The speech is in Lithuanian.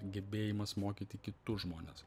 gebėjimas mokyti kitus žmones